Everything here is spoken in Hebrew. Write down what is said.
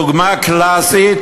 דוגמה קלאסית,